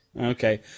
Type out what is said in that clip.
Okay